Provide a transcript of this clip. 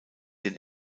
den